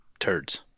turds